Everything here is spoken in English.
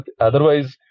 Otherwise